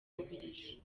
bubiligi